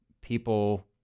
people